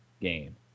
game